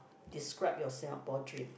describe your Singapore dream